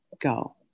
go